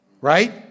right